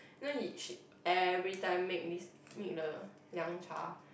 you know he she every time make this make the 凉茶:Liang-Cha